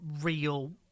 real